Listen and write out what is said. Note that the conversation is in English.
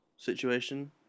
situation